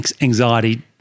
anxiety